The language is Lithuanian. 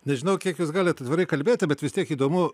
nežinau kiek jūs galit atvirai kalbėti bet vis tiek įdomu